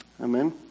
Amen